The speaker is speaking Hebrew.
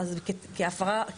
אז כהפרה,